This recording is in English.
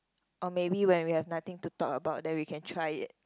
oh maybe when we have nothing to talk about then we can try it